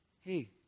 hey